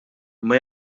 imma